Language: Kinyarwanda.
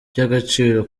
iby’agaciro